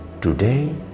today